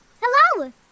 hello